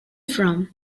from